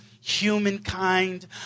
humankind